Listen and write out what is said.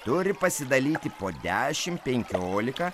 turi pasidalyti po dešimt penkiolika